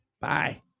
Bye